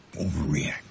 overreact